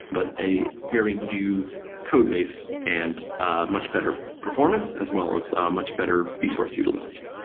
but a very new codebase and a much better performance as well as much better resource utilization.